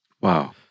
wow